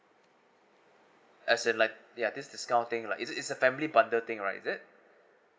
as in like ya this discount thing like is it it's a family bundle thing lah is it